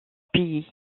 pays